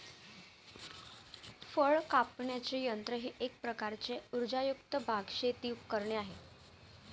फळ कापण्याचे यंत्र हे एक प्रकारचे उर्जायुक्त बाग, शेती उपकरणे आहे